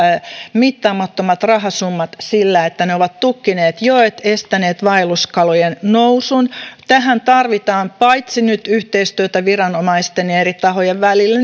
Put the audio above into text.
mittaamattomat rahasummat sillä että ne ovat tukkineet joet estäneet vaelluskalojen nousun tähän tarvitaan paitsi nyt yhteistyötä viranomaisten ja eri tahojen välillä